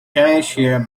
banksia